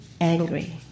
angry